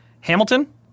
Hamilton